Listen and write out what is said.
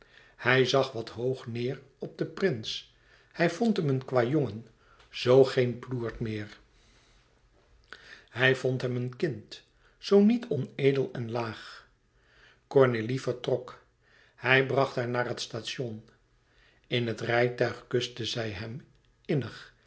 hij zag wat hoog neêr op den prins hij vond hem een kwâjongen zoo geen ploert meer hij vond hem een kind zoo niet onedel en laag cornélie vertrok hij bracht haar naar het station in het rijtuig kuste zij hem innig